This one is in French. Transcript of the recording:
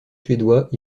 suédois